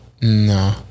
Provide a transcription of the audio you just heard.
No